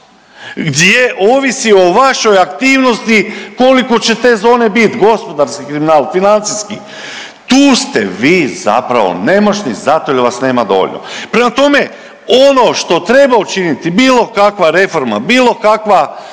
gdje ovisi o vašoj aktivnosti koliko će te zone bit, gospodarski kriminal, financijski, tu ste vi zapravo nemoćni zato jer vas nema dovoljno. Prema tome, ono što treba učiniti, bilo kakva reforma, bilo kakva